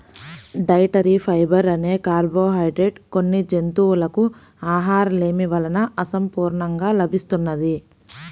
dietary fibre అనే carbohydrate కొన్ని జంతువులకు ఆహారలేమి వలన అసంపూర్ణంగా లభిస్తున్నది